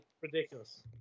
Ridiculous